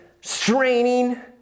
straining